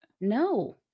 No